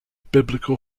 biblical